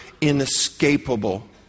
inescapable